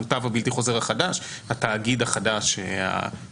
המוטב הבלתי חוזר החדש, התאגיד החדש ---.